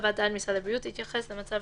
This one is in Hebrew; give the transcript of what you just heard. חוות דעת משרד הבריאות תתייחס למצב